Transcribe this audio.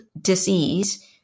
disease